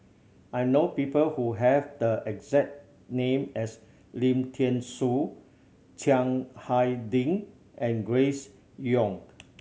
I know people who have the exact name as Lim Thean Soo Chiang Hai Ding and Grace Young